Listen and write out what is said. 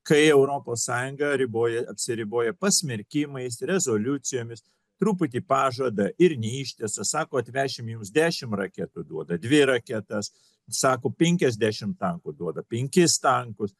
kai europos sąjunga riboja apsiriboja pasmerkimais rezoliucijomis truputį pažada ir neištesa sako atvešim jums dešimt raketų duoda dvi raketas sako penkiasdešimt tankų duoda penkis tankus